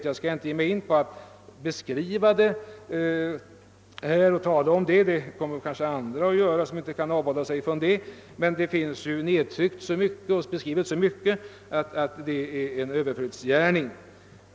Jag skall inte ge mig in på att beskriva det även om kanske andra inte kan avhålla sig från det — eftersom så mycket finns tryckt om saken att det är en överflödsgärning.